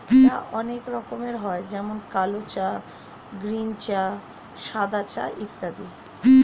চা অনেক রকমের হয় যেমন কালো চা, গ্রীন চা, সাদা চা ইত্যাদি